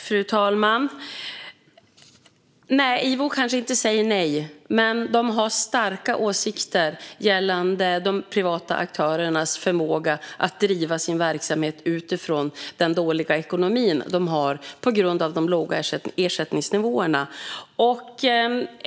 Fru talman! Nej, IVO kanske inte säger nej, men de har starka åsikter gällande de privata aktörernas förmåga att driva sin verksamhet utifrån den dåliga ekonomi de har på grund av de låga ersättningsnivåerna.